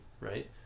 Right